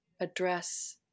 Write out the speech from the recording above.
address